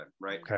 right